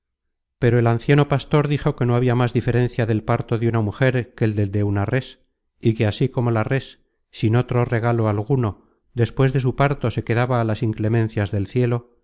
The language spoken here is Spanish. pero el anciano pastor dijo que no habia más diferencia del parto de una mujer que del de una res y que así como la res sin otro regalo alguno despues de su parto se quedaba á las inclemencias del cielo